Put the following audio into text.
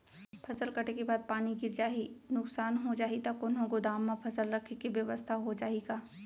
फसल कटे के बाद पानी गिर जाही, नुकसान हो जाही त कोनो गोदाम म फसल रखे के बेवस्था हो जाही का?